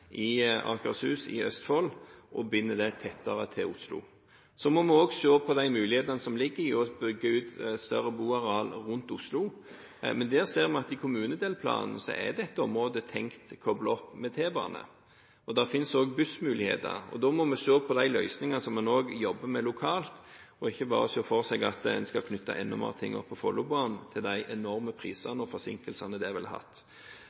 i Akershus og Østfold og binder dem tettere til Oslo. Vi må også se på de mulighetene som ligger i å bygge ut større boareal rundt Oslo, men i kommunedelplanen ser vi at dette området er tenkt koblet opp med T-bane. Det finnes også bussmuligheter, og da må man også se på de løsningene man jobber med lokalt og ikke bare se for seg at man skal knytte enda flere ting til Follobanen – til de enorme prisene og forsinkelsene det